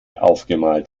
aufgemalt